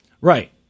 Right